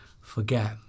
forget